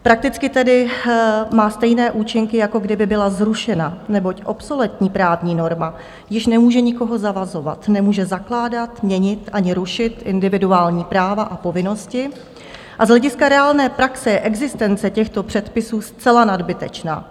Prakticky tedy má stejné účinky, jako kdyby byla zrušena, neboť obsoletní právní norma již nemůže nikoho zavazovat, nemůže zakládat, měnit ani rušit individuální práva a povinnosti a z hlediska reálné praxe je existence těchto předpisů zcela nadbytečná.